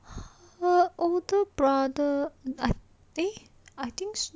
her older brother I eh I think